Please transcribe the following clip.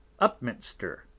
Upminster